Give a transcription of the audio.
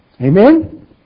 Amen